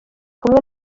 kumwe